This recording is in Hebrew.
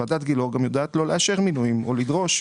ועדת גילאור גם יודעת לא לאשר מינויים או לדרוש.